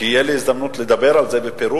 כי תהיה לי הזדמנות לדבר על זה בפירוט,